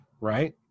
right